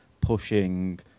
pushing